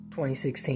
2016